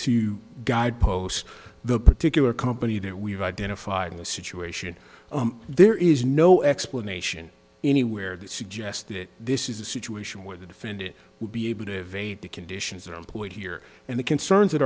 to guidepost the particular company that we've identified in the situation there is no explanation anywhere that suggests that this is a situation where the defendant would be able to evade the conditions are employed here and the concerns that